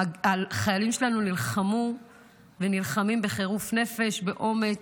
החיילים שלנו נלחמו ונלחמים בחירוף נפש, באומץ.